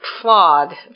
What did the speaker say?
flawed